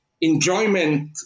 enjoyment